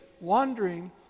wandering